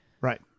Right